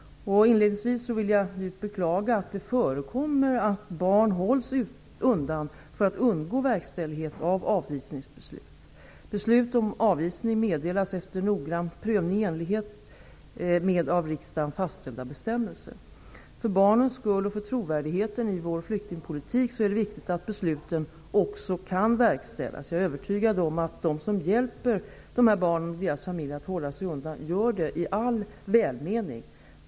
Inledningsvis vill jag djupt beklaga att det förekommer att barn hålls undan för att undgå verkställighet av avvisningsbeslut. Beslut om avvisning meddelas efter noggrann prövning i enlighet med av riksdagen fastställda bestämmelser. För barnens skull, och för trovärdigheten i vår flyktingpolitik, är det viktigt att besluten också kan verkställas. Jag är övertygad om att de som hjälper dessa barn och deras familjer att hålla sig undan gör det i all välmening.